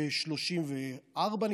ב-1934,